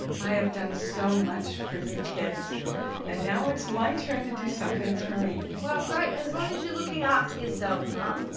i have done so much for you kids and now it's my turn to do something for me. well great as long as you're looking after yourself mom. but